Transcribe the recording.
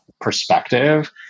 perspective